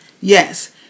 Yes